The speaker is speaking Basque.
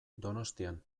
donostian